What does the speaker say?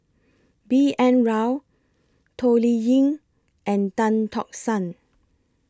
B N Rao Toh Liying and Tan Tock San